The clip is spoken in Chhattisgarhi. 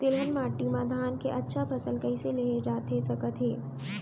तिलहन माटी मा धान के अच्छा फसल कइसे लेहे जाथे सकत हे?